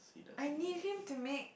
I need him to make